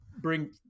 bring